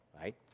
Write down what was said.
right